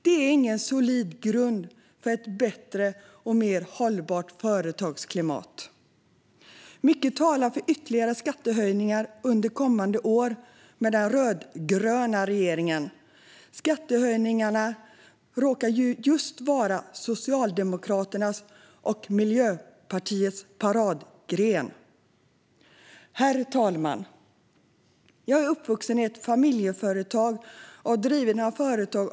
Det är ingen solid grund för ett bättre och mer hållbart företagsklimat. Mycket talar för ytterligare skattehöjningar under kommande år med den rödgröna regeringen. Just skattehöjningar råkar ju vara Socialdemokraternas och Miljöpartiets paradgren. Herr talman! Jag är uppvuxen i ett familjeföretag och har drivit några företag.